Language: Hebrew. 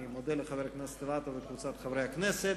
אני מודה לחבר הכנסת אילטוב ולקבוצת חברי הכנסת